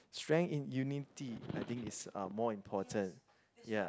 strength in unity I think is uh more important ya